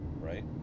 right